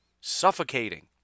suffocating